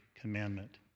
commandment